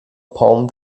palm